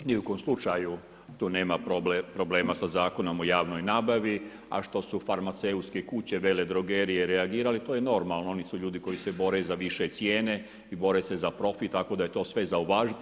Ni u kojem slučaju tu nema problema sa Zakonom o javnoj nabavi a što su farmaceutske kuće, veledrogerije reagirali, to je normalno, oni su ljudi koji se bore za više cijene i bore se za profit tako da je to sve za uvažiti.